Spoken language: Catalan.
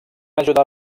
ajudar